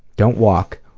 don't walk,